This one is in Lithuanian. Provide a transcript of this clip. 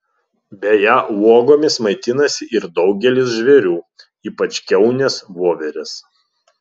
beje uogomis maitinasi ir daugelis žvėrių ypač kiaunės voverės